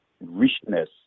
richness